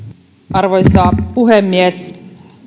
arvoisa puhemies